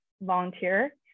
volunteer